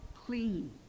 clean